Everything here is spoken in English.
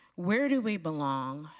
where do we belong?